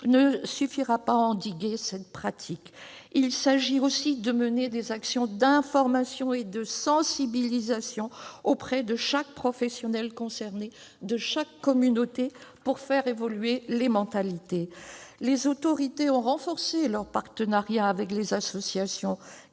ne suffira pas à endiguer cette pratique. Il s'agit aussi de mener des actions d'information et de sensibilisation auprès de chaque professionnel concerné, de chaque communauté, pour faire évoluer les mentalités. Les autorités ont renforcé leur partenariat avec les associations